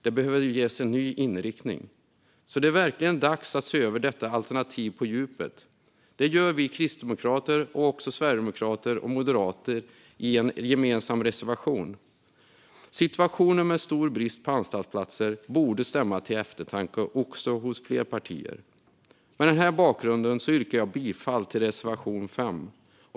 Den behöver ges en ny inriktning, så det är verkligen dags att se över detta alternativ på djupet. Det gör vi kristdemokrater och även sverigedemokrater och moderater i en gemensam reservation. Situationen med stor brist på anstaltsplatser borde stämma till eftertanke hos fler partier. Mot bakgrund av det här yrkar jag bifall till reservation 5.